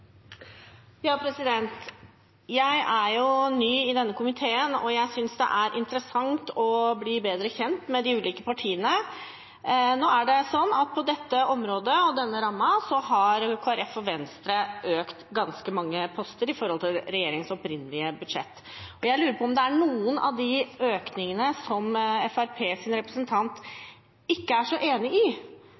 ny i denne komiteen, og jeg synes det er interessant å bli bedre kjent med de ulike partiene. På dette området og innenfor denne rammen har Kristelig Folkeparti og Venstre økt ganske mange poster i forhold til regjeringens opprinnelige budsjett. Jeg lurer på om det er noen av de økningene som Fremskrittspartiets representant ikke er så enig i.